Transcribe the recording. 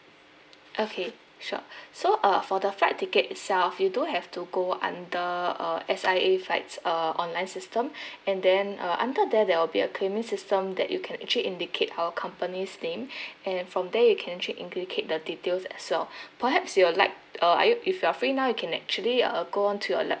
okay sure so uh for the flight ticket itself you do have to go under uh S_I_A flight's uh online system and then uh under there there will be a claiming system that you can actually indicate our company's name and from there you can actually indicate the details as well perhaps you'd like uh are you if you're free now you can actually uh go on to your